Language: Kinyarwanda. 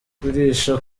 kurisha